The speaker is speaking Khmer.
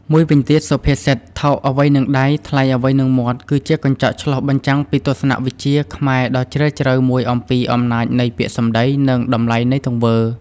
មួយវិញទៀត សុភាសិត "ថោកអ្វីនឹងដៃ ថ្លៃអ្វីនឹងមាត់" គឺជាកញ្ចក់ឆ្លុះបញ្ចាំងពីទស្សនវិជ្ជាខ្មែរដ៏ជ្រាលជ្រៅមួយអំពី អំណាចនៃពាក្យសម្ដី និង តម្លៃនៃទង្វើ។